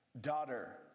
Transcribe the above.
daughter